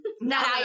now